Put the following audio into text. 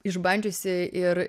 išbandžiusi ir